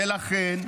ולכן,